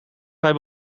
hij